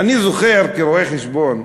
אני זוכר, כרואה-חשבון,